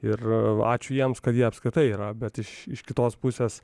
ir ačiū jiems kad jie apskritai yra bet iš iš kitos pusės